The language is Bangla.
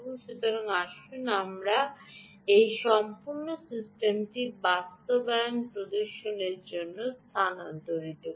সুতরাং আসুন আমরা এই সম্পূর্ণ সিস্টেমের বাস্তবায়ন প্রদর্শনের দিকে স্থানান্তর করি